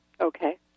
Okay